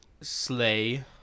Slay